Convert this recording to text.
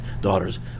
daughters